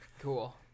Cool